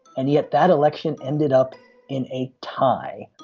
and yet that election ended up in a tie